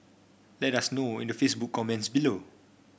let us know in the Facebook comments below